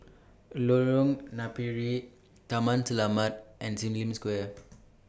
Lorong Napiri Taman Selamat and SIM Lim Square